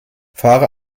fahre